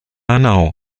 hanau